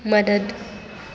مدد